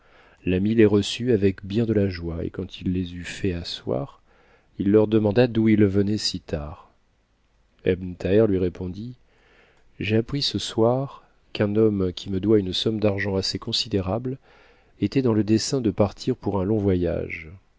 l'ami les reçut avec bien de la joie et quand il les eut fait asseoir il leur demanda d'où ils venaient si tard ebn thaber lui répondit j'ai appris ce soir qu'un homme qui me doit une somme d'argent assez considérable était dans le dessein de partir pour un long voyage